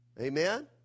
Amen